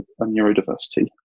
neurodiversity